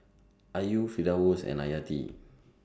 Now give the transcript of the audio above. Ayu Firdaus and Hayati